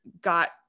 got